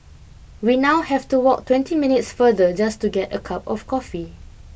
we now have to walk twenty minutes farther just to get a cup of coffee